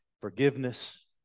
forgiveness